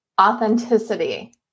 authenticity